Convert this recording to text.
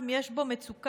אם יש בו מצוקה,